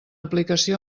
aplicació